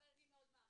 אבל אני מאוד מעריכה,